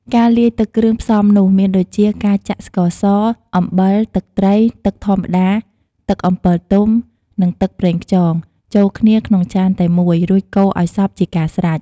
ការលាយទឹកគ្រឿងផ្សំនោះ មានដូចជា ការចាក់ស្ករស អំបិល ទឹកត្រី ទឹកធម្មតា ទឹកអំពិលទុំ និងទឹកប្រេងខ្យង ចូលគ្នាក្នុងចានតែមួយ រួចកូរឲ្យសព្វជាការស្រេច។